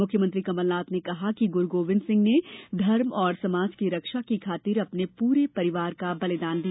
मुख्यमंत्री कमलनाथ ने कहा है कि गुरू गोविंद सिंह ने धर्म और समाज की रक्षा की खातिर अपने पूरे परिवार का बलिदान दिया